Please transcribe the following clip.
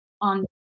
on